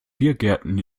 biergärten